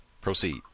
proceed